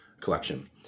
collection